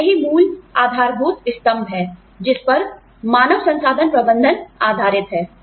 और यही मूल आधारभूत स्तंभ है जिस पर मानव संसाधन प्रबंधन आधारित है